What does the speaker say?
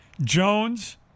Jones